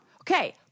Okay